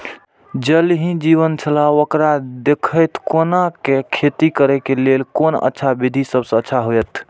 ज़ल ही जीवन छलाह ओकरा देखैत कोना के खेती करे के लेल कोन अच्छा विधि सबसँ अच्छा होयत?